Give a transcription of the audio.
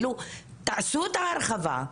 תעשו את ההרחבה,